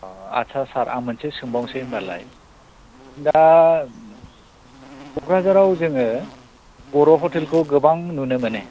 औ आटसा सार आं मोनसे सोंबावसै होनबालाय दा क'क्राझाराव जोङो बर' हतेलखौ गोबां नुनो मोनो